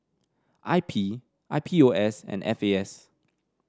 I P I P O S and F A S